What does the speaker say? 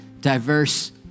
Diverse